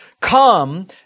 Come